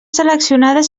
seleccionades